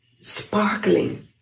sparkling